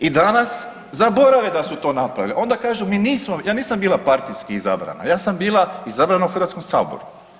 I danas zaborave da su to napravili, onda kažu mi nismo, ja nisam bila partijski izabrana, ja sam bila izabrana u Hrvatskom saboru.